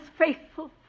faithful